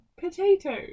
Potatoes